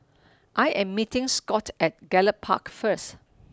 I am meeting Scot at Gallop Park first